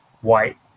White